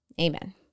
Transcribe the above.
amen